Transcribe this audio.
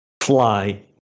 fly